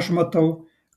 aš matau